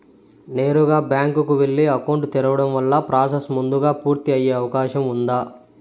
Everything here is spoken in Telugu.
నేరుగా బ్యాంకు కు వెళ్లి అకౌంట్ తెరవడం వల్ల ప్రాసెస్ ముందుగా పూర్తి అయ్యే అవకాశం ఉందా?